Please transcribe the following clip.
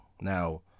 Now